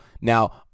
Now